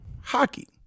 Hockey